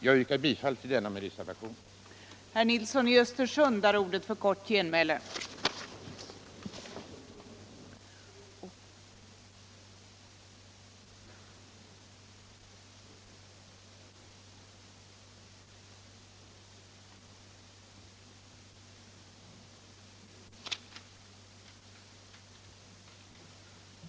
Jag yrkar bifall till min reservation nrl1.